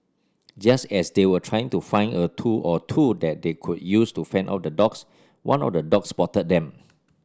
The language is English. just as they were trying to find a tool or two that they could use to fend off the dogs one of the dogs spotted them